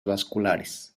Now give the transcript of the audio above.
vasculares